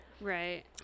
Right